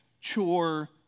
chore